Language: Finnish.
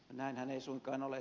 näinhän ei suinkaan ole